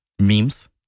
memes